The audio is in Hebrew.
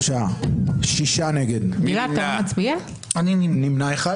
שלושה בעד, שישה נגד, נמנע אחד.